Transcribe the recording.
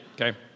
Okay